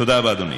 תודה רבה, אדוני.